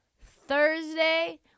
Thursday